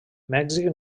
mèxic